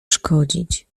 szkodzić